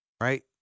right